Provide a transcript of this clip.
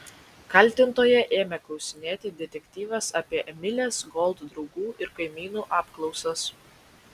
kaltintoja ėmė klausinėti detektyvės apie emilės gold draugų ir kaimynų apklausas